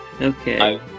Okay